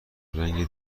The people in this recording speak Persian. رنگ